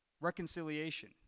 reconciliation